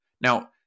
Now